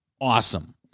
awesome